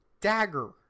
Dagger